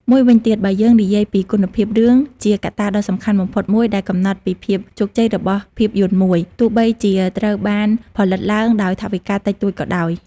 មួយវិញទៀត បើយើងនិយាយពីគុណភាពរឿងជាកត្តាដ៏សំខាន់បំផុតមួយដែលកំណត់ពីភាពជោគជ័យរបស់ភាពយន្តមួយ ទោះបីជាត្រូវបានផលិតឡើងដោយថវិកាតិចតួចក៏ដោយ។